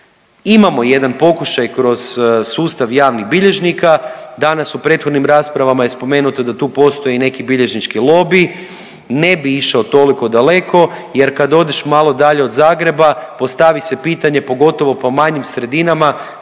Imamo jedan pokušaj kroz sustav javnih bilježnika, danas u prethodnim raspravama je spomenuto da tu postoje neki bilježnički lobiji, ne bi išao toliko daleko jer kad odeš malo dalje od Zagreba, postavi se pitanje, pogotovo po manjim sredinama,